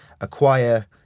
acquire